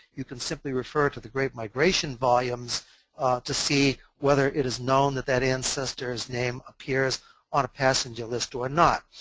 you can simply refer to the great migration volumes to see whether it is known that that ancestor's name appears on a passenger list or not.